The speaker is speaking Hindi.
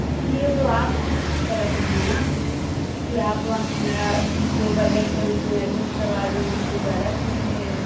इसी लिए तो आप कर रहे है ना कि आप हमारा जो बजट है उसमें एड्जेस्ट करवा देंगे तो ज़्यादा ठीक रहेगा